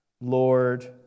Lord